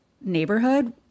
neighborhood